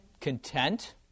Content